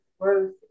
growth